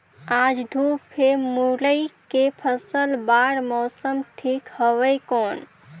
आज धूप हे मुरई के फसल बार मौसम ठीक हवय कौन?